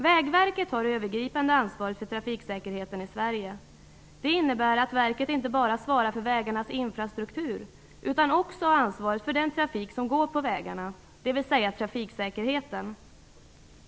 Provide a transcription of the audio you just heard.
Vägverket har det övergripande ansvaret för trafiksäkerheten i Sverige. Det innebär att verket inte bara svarar för vägarnas infrastruktur, utan också har ansvaret för den trafik som går på vägarna, dvs. trafiksäkerheten.